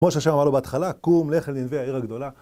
כמו שאשר אמרנו בהתחלה, קום, לך לננווה העיר הגדולה